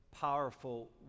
powerful